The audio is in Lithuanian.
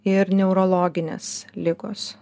ir neurologinės ligos